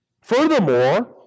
Furthermore